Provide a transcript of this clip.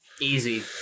Easy